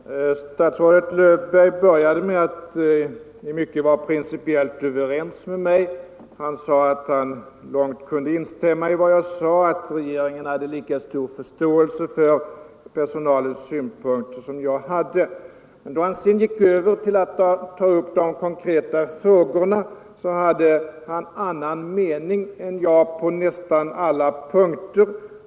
Herr talman! Statsrådet Löfberg började med att i mycket vara principiellt överens med mig. Han sade att han i ganska stor utsträckning kunde instämma i vad jag sade och att regeringen hade lika stor förståelse för personalens synpunkter som jag hade. Men då han sedan gick över till att ta upp de konkreta frågorna hade han annan mening än jag på nästan alla punkter.